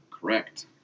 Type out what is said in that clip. Correct